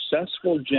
successful